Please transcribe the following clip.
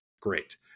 Great